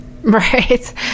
Right